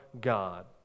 God